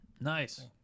nice